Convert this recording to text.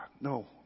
No